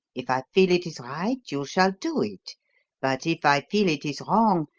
if i feel it is right, you shall do it but if i feel it is wrong,